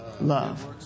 love